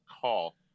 call